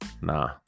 nah